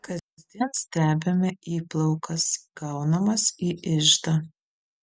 kasdien stebime įplaukas gaunamas į iždą